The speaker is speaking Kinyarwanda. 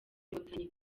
inkotanyi